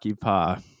Paw